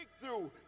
breakthrough